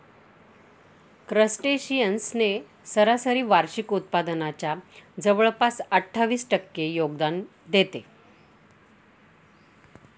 crustaceans ने सरासरी वार्षिक उत्पादनाच्या जवळपास अठ्ठावीस टक्के योगदान देते